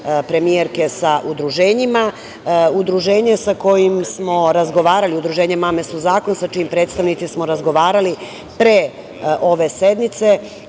premijerke sa udruženjima, i udruženje sa kojim smo razgovarali, udruženje „ Mame su zakon“, sa čijim predstavnicima smo razgovarali pre ove sednice,